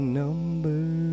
number